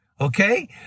Okay